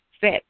fit